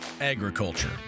Agriculture